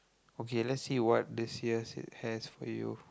okay lets see what this year has for you